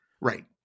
right